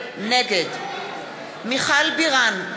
נגד מיכל בירן,